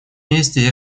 месте